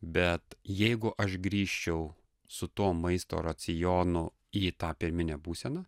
bet jeigu aš grįžčiau su tuo maisto racionu į tą pirminę būseną